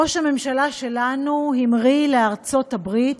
ראש הממשלה שלנו המריא לארצות-הברית,